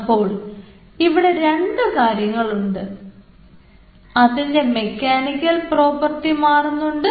അപ്പോൾ ഇവിടെ രണ്ടു കാര്യങ്ങളുണ്ട് അതിൻറെ മെക്കാനിക്കൽ പ്രോപ്പർട്ടി മാറുന്നുണ്ട്